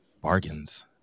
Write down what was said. bargains